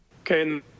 okay